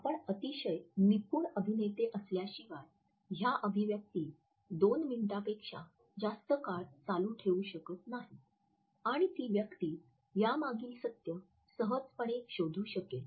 आपण अतिशय निपुण अभिनेते असल्याशिवाय ह्या अभिव्यक्ती दोन मिनिटांपेक्षा जास्त काळ चालू ठेवू शकत नाही आणि ती व्यक्ती यामागील सत्य सहजपणे शोधू शकेल